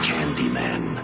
Candyman